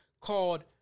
called